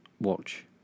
Watch